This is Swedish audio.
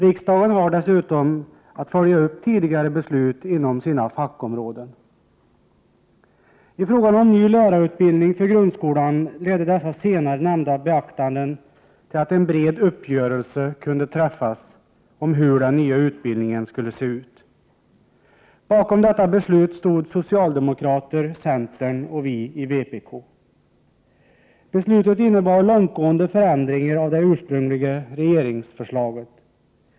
Riksdagen har dessutom att följa upp tidigare beslut inom sina fackområden. I frågan om ny lärarutbildning för grundskolan ledde dessa senare nämnda beaktanden till att en bred uppgörelse kunde träffas om hur den nya utbildningen skulle se ut. Bakom detta beslut stod socialdemokraterna, centern och vi i vpk. Beslutet innebar långtgående förändringar av det ursprungliga regeringsförslaget.